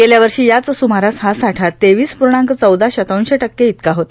गेल्या वर्षी याच सुमारास हा साठा तेवीस पूर्णांक चौदा शतांश टक्के इतका होता